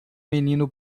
menino